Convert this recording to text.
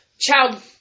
child